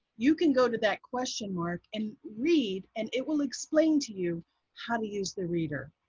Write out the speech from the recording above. you can go to that question mark and read, and it will explain to you how to use the reader.